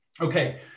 Okay